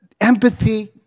Empathy